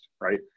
right